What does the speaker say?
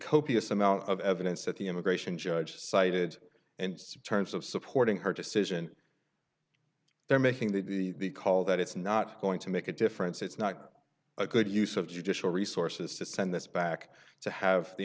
copious amount of evidence that the immigration judge cited and terms of supporting her decision they're making the call that it's not going to make a difference it's not a good use of judicial resources to send this back to have the